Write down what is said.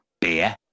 Beer